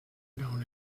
known